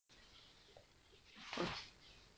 of course